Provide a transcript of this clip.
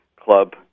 club